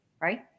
right